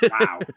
Wow